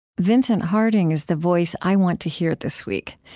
vincent harding is the voice i want to hear this week.